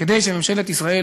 כדי שממשלת ישראל